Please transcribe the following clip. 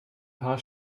paar